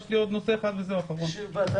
יש לי עוד נושא אחד, נושא אחרון.